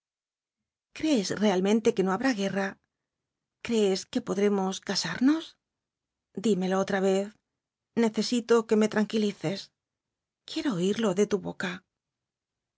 crees realmente que no habrá guerra crtvtí que podremos casarnos dímelo otra vez necesito qae m tranquilices quiero oirlo de tu boca